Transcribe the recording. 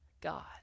God